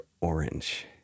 orange